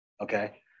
okay